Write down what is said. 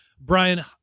Brian